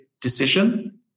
decision